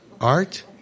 Art